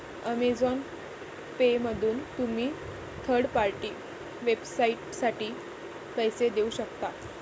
Amazon पेमधून तुम्ही third party वेबसाइटसाठी पैसे देऊ शकता